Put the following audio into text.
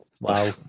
Wow